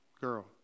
girl